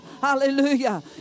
hallelujah